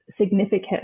significant